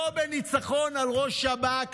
לא בניצחון על ראש שב"כ,